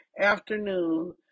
afternoon